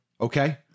okay